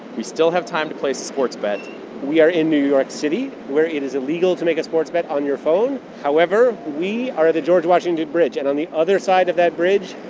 we still have time to place sports bets we are in new york city, where it is illegal to make a sports bet on your phone. however, we are at the george washington bridge. and on the other side of that bridge,